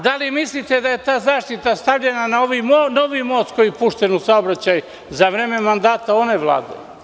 Da li mislite da je ta zaštita stavljena na ovaj novi most koji je pušten u saobraćaj za vreme mandata one vlade?